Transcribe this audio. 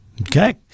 Okay